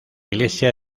iglesia